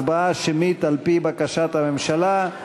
הצבעה שמית על-פי בקשת הממשלה.